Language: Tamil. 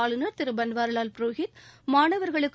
ஆளுநர் திரு பன்வாரிலால் புரோஹித் மாணவர்களுக்கு